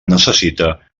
necessita